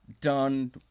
done